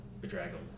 bedraggled